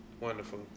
Wonderful